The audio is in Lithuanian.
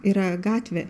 yra gatvė